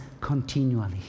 continually